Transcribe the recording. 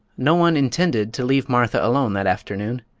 no one intended to leave martha alone that afternoon,